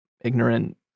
ignorant